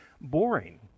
boring